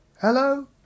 hello